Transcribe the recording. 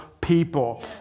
people